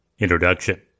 INTRODUCTION